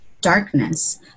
darkness